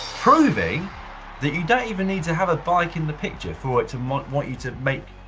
proving that you don't even need to have a bike in the picture for it to want want you to make,